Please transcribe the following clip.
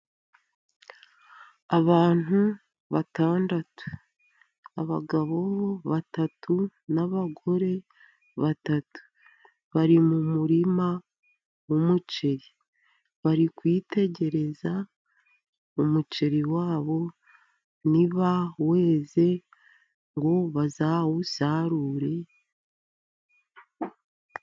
Abantu batandatu, abagabo batatu n'abagore batatu bari mu murima w'umuceri , bari kwitegereza umuceri wabo niba weze ngo bazawusarure.